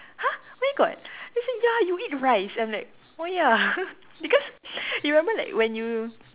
!huh! where got she said ya you eat rice I'm like oh ya because you remember like when you